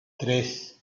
tres